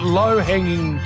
low-hanging